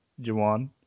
Jawan